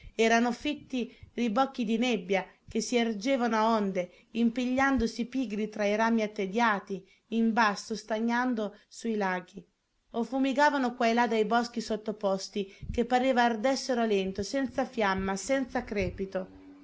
erano fitti ribocchi di nebbia che si ergevano a onde impigliandosi pigri tra i rami attediati in basso stagnando sui laghi o fumigavano qua e là dai boschi sottoposti che pareva ardessero a lento senza fiamma senza crepito